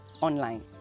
Online